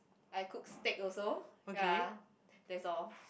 I cook steak also ya that's all